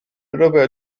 europeo